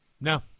No